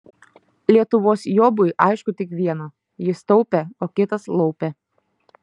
lietuvos jobui aišku tik viena jis taupė o kitas laupė